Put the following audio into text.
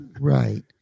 Right